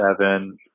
seven